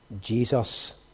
Jesus